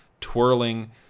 twirling